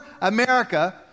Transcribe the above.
America